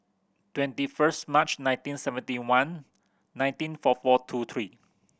twenty first March nineteen seventy one nineteen four four two three